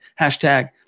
Hashtag